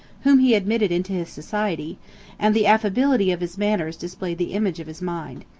whom he admitted into his society and the affability of his manners displayed the image of his mind.